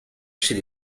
chez